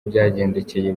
byagendekeye